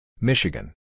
Michigan